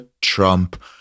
trump